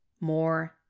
more